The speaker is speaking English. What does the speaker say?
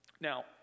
Now